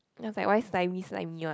and I was like why slimy slimy one